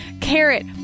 Carrot